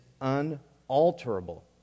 unalterable